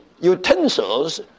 utensils